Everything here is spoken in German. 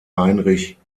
heinrich